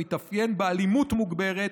המתאפיין באלימות מוגברת,